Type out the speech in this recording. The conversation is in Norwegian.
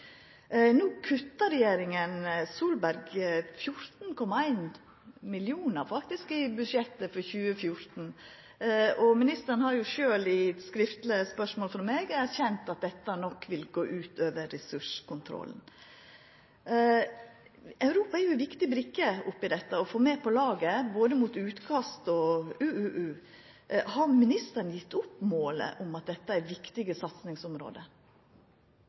No kuttar faktisk regjeringa Solberg 14,1 mill. kr i budsjettet for 2014, og ministeren har sjølv i svar til skriftleg spørsmål frå meg erkjent at dette nok vil gå ut over ressurskontrollen. Europa er jo ei viktig brikke å få med på laget, både mot utkast og mot UUU-fiske. Har ministeren gjeve opp målet om at dette er viktige satsingsområde?